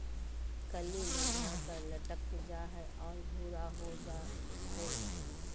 कली मुरझाकर लटक जा हइ और भूरा हो जा हइ